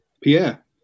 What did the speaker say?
Pierre